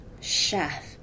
chef